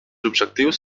objectius